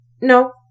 No